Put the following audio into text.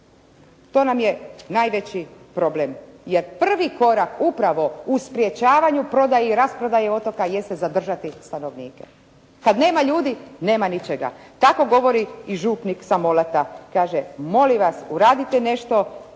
To nam je najveći problem.» Jer prvi korak upravo u sprečavanju prodaje i rasprodaje otoka jeste zadržati stanovnike. Kad nema ljudi nema ničega. Tako govori i župnik sa Molata. Kaže: «Molim vas uradite nešto